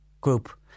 group